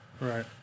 Right